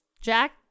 Jack